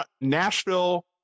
Nashville